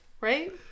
Right